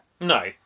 No